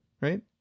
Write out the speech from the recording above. right